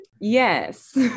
Yes